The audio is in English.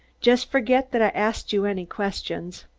just forget that i asked you any questions!